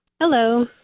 Hello